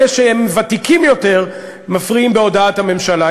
אלה שהם ותיקים יותר מפריעים בהודעת הממשלה.